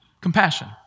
compassion